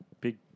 big